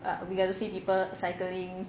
err we got to see people cycling